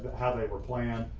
how they were planned.